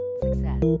Success